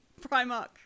Primark